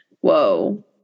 whoa